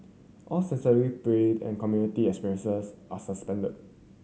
all sensory and community experiences are suspended